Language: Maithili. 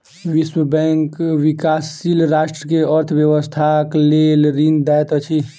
विश्व बैंक विकाशील राष्ट्र के अर्थ व्यवस्थाक लेल ऋण दैत अछि